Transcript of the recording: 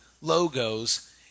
logos